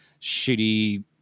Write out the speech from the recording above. shitty